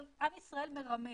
אבל עם ישראל מרמה.